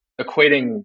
equating